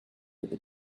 other